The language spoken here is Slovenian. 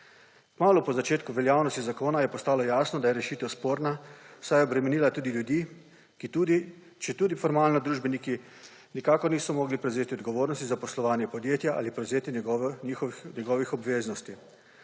Kmalu po začetku veljavnosti zakona je postalo jasno, da je rešitev sporna, saj je obremenila tudi ljudi, četudi formalno družbeniki nikakor niso mogli prevzeti odgovornosti za poslovanje podjetja ali prevzeti njegovih obveznosti.